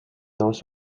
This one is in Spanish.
dos